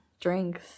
drinks